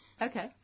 Okay